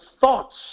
thoughts